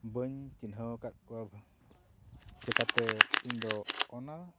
ᱵᱟᱹᱧ ᱪᱤᱱᱦᱟᱹᱣ ᱟᱠᱟᱫ ᱠᱚᱣᱟ ᱪᱤᱠᱟᱹᱛᱮ ᱤᱧᱫᱚ ᱚᱱᱟ